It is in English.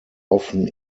often